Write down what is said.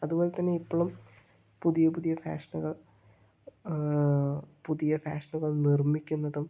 അതുപോലെ തന്നെ ഇപ്പോഴും പുതിയ പുതിയ ഫാഷനുകൾ പുതിയ ഫാഷനുകൾ നിർമിക്കുന്നതും